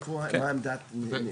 מה עמדתם.